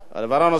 אדוני היושב-ראש,